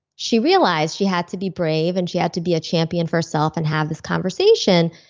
she realized she had to be brave and she had to be a champion for herself and have this conversation,